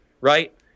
right